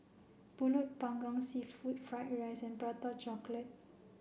Pulut panggang seafood fried rice and prata chocolate